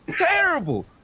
terrible